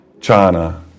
China